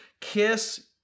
Kiss